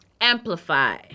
amplify